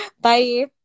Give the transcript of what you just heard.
bye